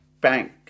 bank